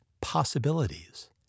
possibilities